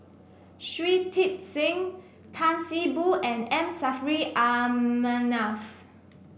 Shui Tit Sing Tan See Boo and M Saffri A Manaf